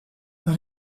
that